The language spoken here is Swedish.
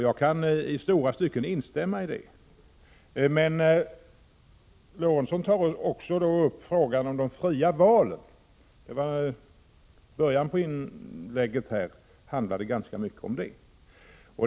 Jag kan i stora stycken instämma i det han sade. Men han tog i sammanhanget också upp frågan om de fria valen. Inledningsvis handlade hans inlägg ganska mycket om detta.